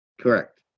Correct